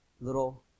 little